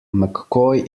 mccoy